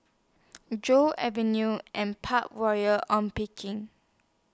Joo Avenue and Park Royal on picking